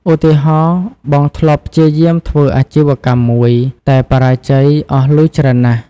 ឧទាហរណ៍ បងធ្លាប់ព្យាយាមធ្វើអាជីវកម្មមួយ តែបរាជ័យអស់លុយច្រើនណាស់។